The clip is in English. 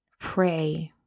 pray